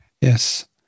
Yes